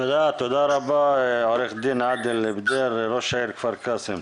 תודה רבה עו"ד עאדל בדיר, ראש העיר כפר קאסם.